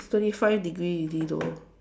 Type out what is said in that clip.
twenty five degree already though